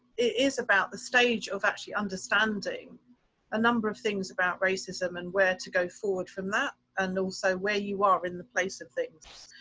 is about the stage of actually understanding a number of things about racism and where to go forward from that, and also where you are in the place of things.